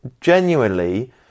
genuinely